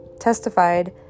testified